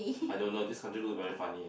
I don't know just this country look very funny lah